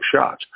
shots